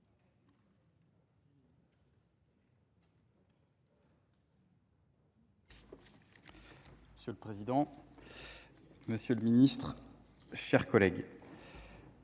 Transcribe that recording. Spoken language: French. Monsieur le président, monsieur le ministre, mes chers collègues,